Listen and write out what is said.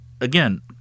again